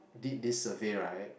did this survey right